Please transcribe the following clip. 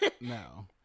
no